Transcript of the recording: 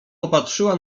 popatrzyła